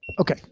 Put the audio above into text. Okay